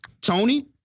Tony